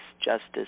justice